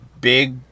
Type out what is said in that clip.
big